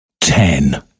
ten